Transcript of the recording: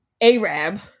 Arab